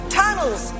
tunnels